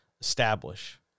establish